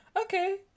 Okay